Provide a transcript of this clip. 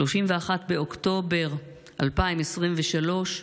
31 באוקטובר 2023,